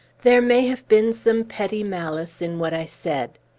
there may have been some petty malice in what i said.